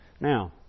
Now